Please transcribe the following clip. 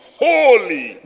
holy